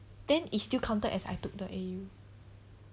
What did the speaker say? then it's still counted as I took the A_U